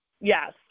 Yes